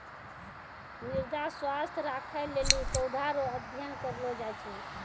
मृदा स्वास्थ्य राखै लेली पौधा रो अध्ययन करलो जाय छै